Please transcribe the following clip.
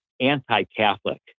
anti-Catholic